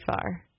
far